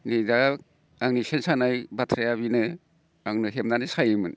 नै दा आंनि सेन सानाय बाथ्राया बेनो आंनो हेबनानै सायोमोन